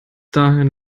dahin